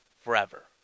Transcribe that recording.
forever